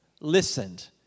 Listened